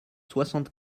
soixante